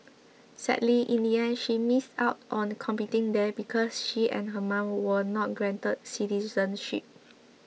sadly in the end she missed out on competing there because she and her mom were not granted citizenship